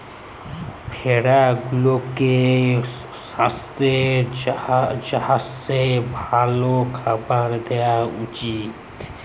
ভেড়া গুলাকে সাস্থের জ্যনহে ভাল খাবার দিঁয়া উচিত